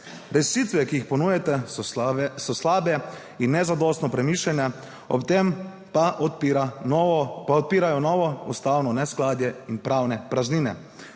Rešitve, ki jih ponujate so slabe in nezadostno premišljene, ob tem pa odpirajo novo ustavno neskladje in pravne praznine.